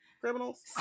criminals